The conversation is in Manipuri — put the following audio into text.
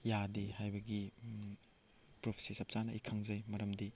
ꯌꯥꯗꯦ ꯍꯥꯏꯕꯒꯤ ꯄ꯭ꯔꯨꯞꯁꯦ ꯆꯞꯆꯥꯅ ꯑꯩ ꯈꯪꯖꯩ ꯃꯔꯝꯗꯤ